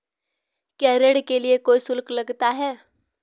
क्या ऋण के लिए कोई शुल्क लगता है?